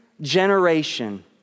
generation